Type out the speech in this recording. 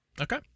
Okay